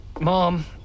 Mom